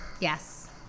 Yes